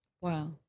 Wow